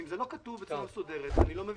אם זה לא כתוב בצורה מסודרת, אני לא מבין.